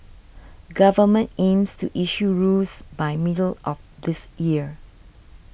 government aims to issue rules by middle of this year